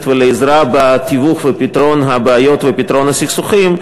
ולעזרה בתיווך ובפתרון הבעיות ובפתרון הסכסוכים.